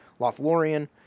Lothlorien